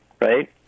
right